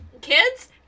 Kids